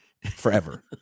Forever